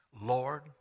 Lord